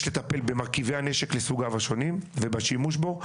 יש לטפל במרכיבי הנשק לסוגיו השונים ובשימוש בו.